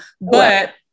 But-